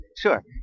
Sure